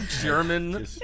German